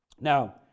Now